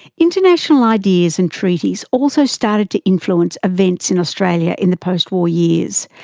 international ideas and treaties also started to influence events in australia in the post-war years.